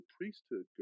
priesthood